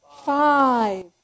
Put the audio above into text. Five